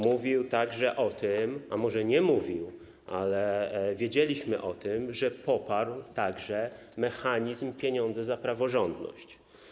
Mówił także o tym, a może nie mówił, ale wiedzieliśmy o tym, że poparł także mechanizm: pieniądze za praworządność.